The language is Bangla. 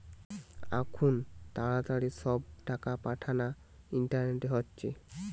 আখুন তাড়াতাড়ি সব টাকা পাঠানা ইন্টারনেটে হচ্ছে